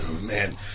man